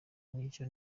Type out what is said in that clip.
nacyo